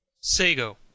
Sago